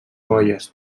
boies